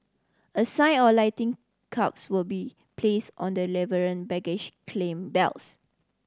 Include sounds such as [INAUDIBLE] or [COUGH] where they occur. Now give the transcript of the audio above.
a sign or lighting cubes will be place on the [UNINTELLIGIBLE] baggage claim belts